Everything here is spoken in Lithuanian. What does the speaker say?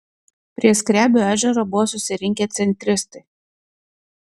prie skrebio ežero buvo susirinkę centristai